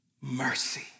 mercy